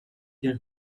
their